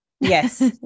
Yes